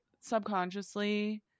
subconsciously